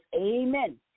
Amen